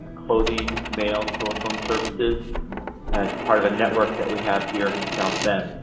clothing, mail, telephone services as part of a network that we have here in south bend.